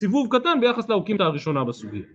סיבוב קטן ביחס לאוקימתא הראשונה בסוגיה